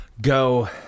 Go